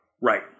Right